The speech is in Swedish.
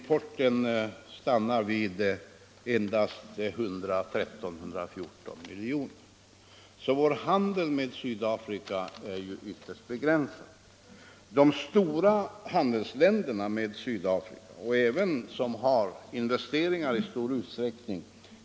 Den stannar vid 113-114 miljoner. Vår handel med Sydafrika är alltså ytterst begränsad. Sydafrikas stora handelspartners är länder som Storbritannien, som även har stora investeringar i Sydafrika.